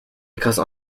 because